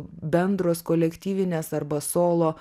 bendros kolektyvinės arba solo